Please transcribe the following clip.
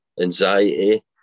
anxiety